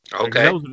okay